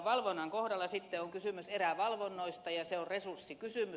valvonnan kohdalla on kysymys erävalvonnoista ja se on resurssikysymys